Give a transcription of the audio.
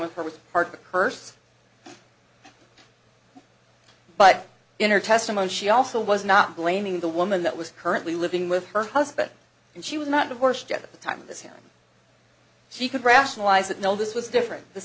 with her was part of the curse but in her testimony she also was not blaming the woman that was currently living with her husband and she was not divorced at the time of this hearing she could rationalize that no this was different this